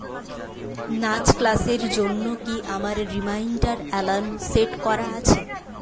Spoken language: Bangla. নাচ ক্লাসের জন্য কি আমার রিমাইন্ডার অ্যালার্ম সেট করা আছে